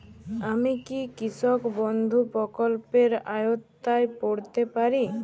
আমি কি কৃষক বন্ধু প্রকল্পের আওতায় পড়তে পারি?